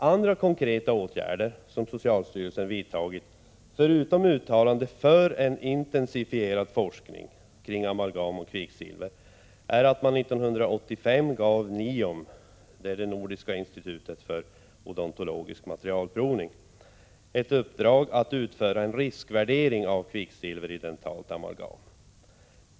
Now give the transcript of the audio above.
Andra konkreta åtgärder som socialstyrelsen vidtagit, förutom att uttala sig för en intensifierad forskning kring amalgam och kvicksilver, är att man 1985 gav NIOM i uppdrag att utföra en riskvärdering av kvicksilver i dentalt amalgam.